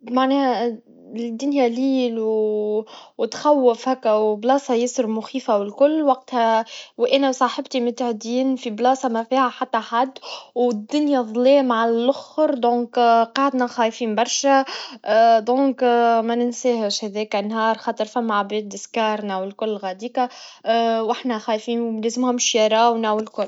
بمعناها بالدنيا ليل وو وتخوف هكا, وأماكن ياسر مخيفا والكل, وقتها وأنا صااحبتي متعديين في مكان ما فيه حتى حد, والظلام عالاخر, لذلك قعدنا خاييفين برشا, لذا مننساهاش هذيكا نهار خاطر ثما عباد خوفونا, والكل بعيد واحنا خايفين منسمعهمش راونا والكل.